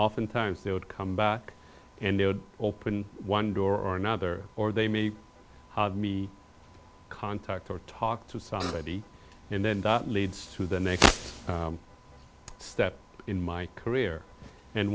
often times they would come back and they would open one door or another or they made me contact or talk to somebody and then that leads to the next step in my career and